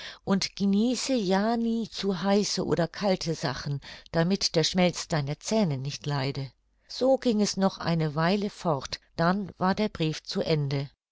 und genieße ja nie zu heiße oder kalte sachen damit der schmelz deiner zähne nicht leide so ging es noch eine weile fort dann war der brief zu ende